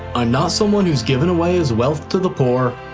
i'm not someone who's given away his wealth to the poor,